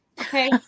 Okay